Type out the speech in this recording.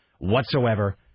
whatsoever